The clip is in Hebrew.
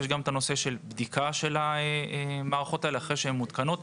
יש גם את הנושא של הבדיקה של המערכות האלה אחרי שהן מותקנות.